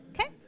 okay